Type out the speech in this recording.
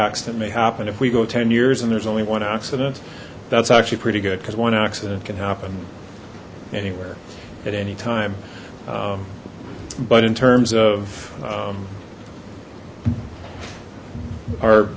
accident may happen if we go ten years and there's only one accident that's actually pretty good because one accident can happen anywhere at any time but in terms of